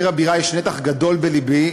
לעיר הבירה יש נתח גדול בלבי,